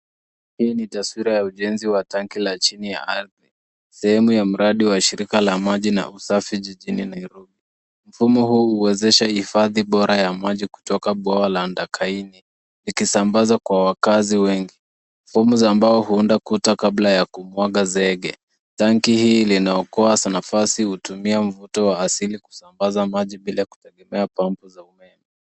Hii ni taswira ya ujenzi wa tanki la chini ya ardhi, sehemu ya mradi wa ushirika la maji safi jijini Nairobi. Mfumo huu huwezesha hifadhi bora ya maji kutoka bwawa la Ndakaini ikisambazwa kwa wakazi wengi. Fomu za mbao huunda kuta kabla ya kumwaga zege. Tanki hii linaokoa nafasi, hutuia mvuto wa asili kusambaza maji bila kutegemea pampu za umeme.